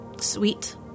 sweet